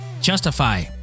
justify